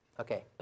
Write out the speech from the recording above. Okay